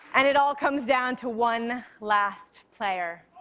and it all comes down to one last player.